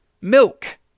milk